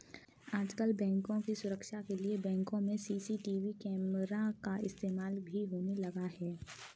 आजकल बैंकों की सुरक्षा के लिए बैंकों में सी.सी.टी.वी कैमरा का इस्तेमाल भी होने लगा है